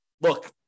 look